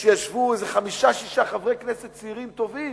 שישבו איזה חמישה, שישה חברי כנסת צעירים טובים